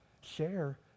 share